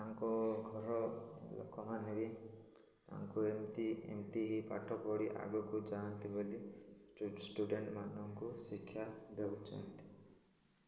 ତାଙ୍କ ଘର ଲୋକମାନେ ବି ତାଙ୍କୁ ଏମିତି ଏମିତିି ପାଠ ପଢ଼ି ଆଗକୁ ଯାଆନ୍ତି ବୋଲି ଷ୍ଟୁଡ଼େଣ୍ଟ ମାନଙ୍କୁ ଶିକ୍ଷା ଦେଉଛନ୍ତି